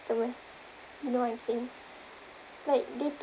~tomers you know what I'm saying like they